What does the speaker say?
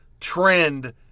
Trend